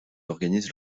organise